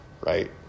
right